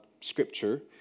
Scripture